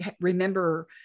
remember